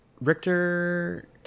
Richter